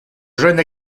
jeune